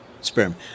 sperm